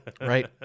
right